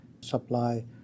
supply